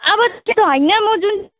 अब त्यो त होइन म जुन